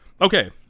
Okay